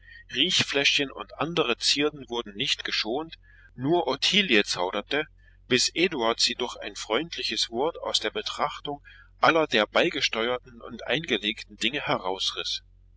riechfläschchen und andre zierden wurden nicht geschont nur ottilie zauderte bis eduard sie durch ein freundliches wort aus der betrachtung aller der beigesteuerten und eingelegten dinge herausriß